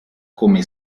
come